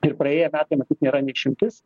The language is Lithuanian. ir praėję metai matyt nėra išimtis